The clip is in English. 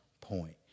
point